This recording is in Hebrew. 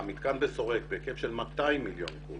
המתקן בסורק בהיקף של 200 מיליון קוב